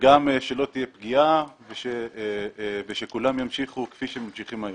וגם שלא תהיה פגיעה ושכולם ימשיכו כפי שממשיכים היום.